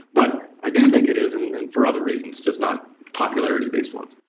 but i do think it is and for other reasons, just not popularity-based ones.